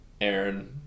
Aaron